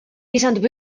lisandub